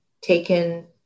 taken